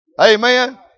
Amen